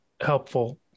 helpful